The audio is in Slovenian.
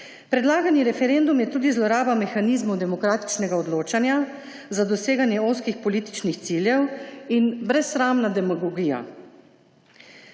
Predlagani referendum je tudi zloraba mehanizmov demokratičnega odločanja za doseganje ozkih političnih ciljev in brezsramna demagogija.